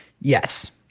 Yes